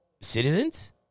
citizens